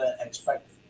expect